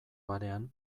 barean